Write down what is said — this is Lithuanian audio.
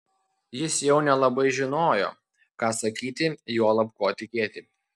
jis jau nelabai žinojo ką sakyti juolab kuo tikėti